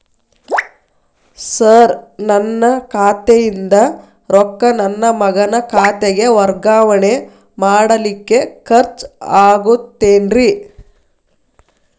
Sir ನನ್ನ ಖಾತೆಯಿಂದ ರೊಕ್ಕ ನನ್ನ ಮಗನ ಖಾತೆಗೆ ವರ್ಗಾವಣೆ ಮಾಡಲಿಕ್ಕೆ ಖರ್ಚ್ ಆಗುತ್ತೇನ್ರಿ?